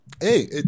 Hey